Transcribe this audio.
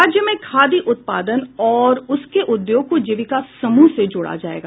राज्य में खादी उत्पादन और उसके उद्योग को जीविका समूह से जोड़ा जायेगा